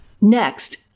Next